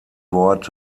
wort